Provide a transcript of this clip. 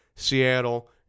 Seattle